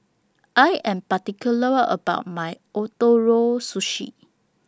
I Am particular about My Ootoro Sushi